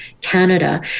Canada